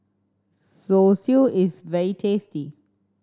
zosui is very tasty